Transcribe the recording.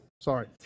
Sorry